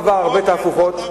החוק עבר הרבה תהפוכות,